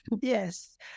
Yes